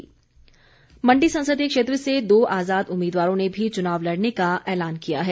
आजाद प्रत्याशी मण्डी संसदीय क्षेत्र से दो आज़ाद उम्मीदवारों ने भी चुनाव लड़ने का ऐलान किया है